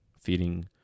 feeding